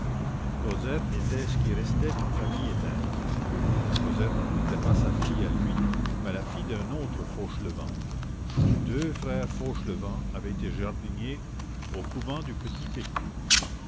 cosette était ce qui restait d'une famille éteinte cosette n'était pas sa fille à lui mais la fille d'un autre fauchelevent deux frères fauchelevent avaient été jardiniers au couvent du